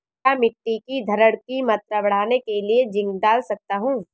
क्या मिट्टी की धरण की मात्रा बढ़ाने के लिए जिंक डाल सकता हूँ?